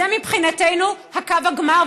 זה מבחינתנו קו הגמר,